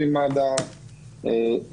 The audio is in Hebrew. תגובה מהירים לתת מענה בנקודות השונות,